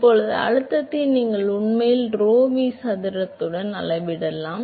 இப்போது அழுத்தத்தை நீங்கள் உண்மையில் Rho v சதுரத்துடன் அளவிடலாம்